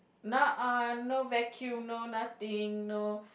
nah uh no vacuum no nothing no